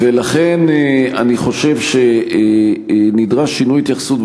לכן אני חושב שנדרש שינוי התייחסות,